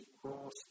cross